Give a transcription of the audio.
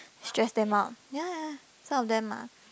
stressed them out ya ya ya some of them are